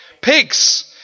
pigs